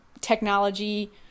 technology